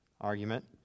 argument